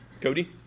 cody